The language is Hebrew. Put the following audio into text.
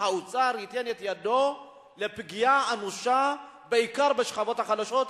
האוצר ייתן את ידו לפגיעה אנושה בעיקר בשכבות החלשות.